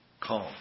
calm